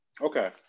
Okay